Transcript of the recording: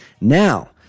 now